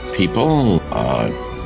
people